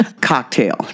Cocktail